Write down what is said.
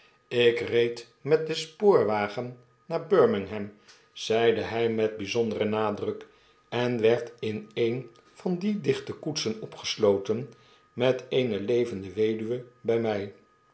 ik reed met den spoorwagen naar birmingham zeide hg met brjzonderen nadruk en werd in een van die dicnte koetsen opgesloten met eene levende weduwe bij mij